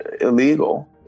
illegal